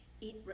eat